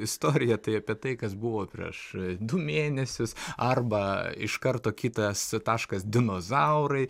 istorija tai apie tai kas buvo prieš du mėnesius arba iš karto kitas taškas dinozaurai